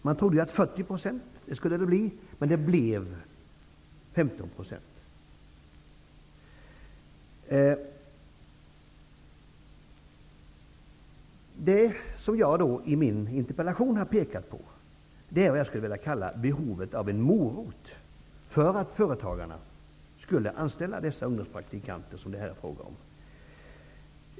Man trodde ju att det skulle bli 40 %, men det blev 15 %. Det som jag har pekat på i min interpellation är vad jag skulle vilja kalla behovet av en morot, för att företagarna skall anställa de ungdomspraktikanter som det här är fråga om.